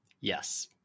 Yes